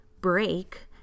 break